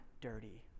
dirty